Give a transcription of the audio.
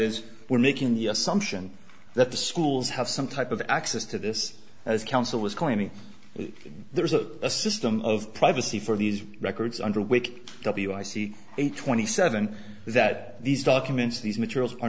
is we're making the assumption that the schools have some type of access to this as counsel was claiming that there is a system of privacy for these records under which a twenty seven that these documents these materials